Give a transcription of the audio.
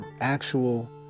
actual